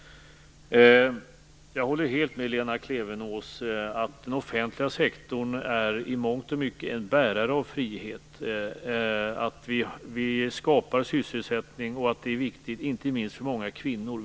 Jag håller helt med Lena Klevenås om att den offentliga sektorn i mångt och mycket är en bärare av frihet. Vi skapar sysselsättning och det är viktigt, inte minst för många kvinnor.